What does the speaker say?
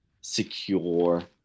secure